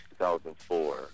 2004